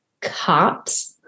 cops